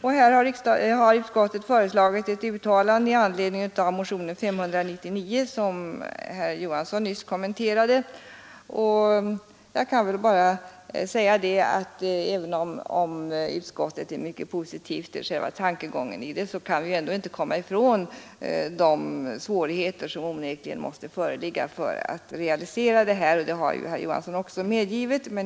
Utskottet har föreslagit ett uttalande i anledning av motion 599, som herr Johansson i Växjö nyss kommenterade. Jag kan bara säga att även om utskottet är mycket positivt till själva tankegången i motionen, kan vi inte komma ifrån de svårigheter som onekligen måste föreligga att realisera en förkortning av tiden för lokalanstalternas utbyggnad, och det har herr Johansson också medgivit.